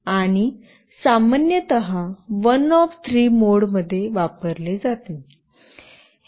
आणि सामान्यत one of three मोडमध्ये वापरले जाते